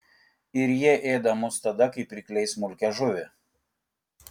ir jie ėda mus tada kaip rykliai smulkią žuvį